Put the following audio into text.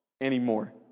anymore